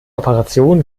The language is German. operation